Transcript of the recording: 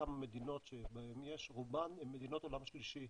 לכמה מדינות שיש בהן, רובן הן מדינות עולם שלישי,